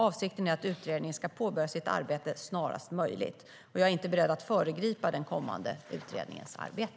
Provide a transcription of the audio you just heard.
Avsikten är att utredningen ska påbörja sitt arbete snarast möjligt. Jag är inte beredd att föregripa den kommande utredningens arbete.